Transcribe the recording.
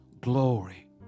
glory